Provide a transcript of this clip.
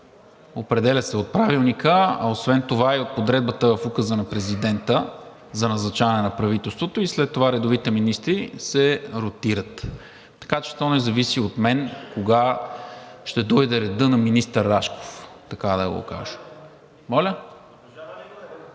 определя се от Правилника, а освен това и от подредбата в Указа на президента за назначаване на правителството, а след това редовите министри се ротират. Така че не зависи от мен кога ще дойде редът на министър Рашков, така да го кажа.